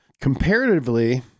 Comparatively